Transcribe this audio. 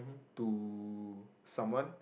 to someone